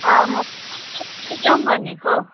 अँ म पङ्कज लैजाऊँ भनेको